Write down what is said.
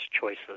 choices